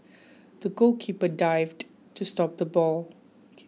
the goalkeeper dived to stop the ball